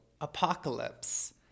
Apocalypse